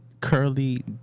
Curly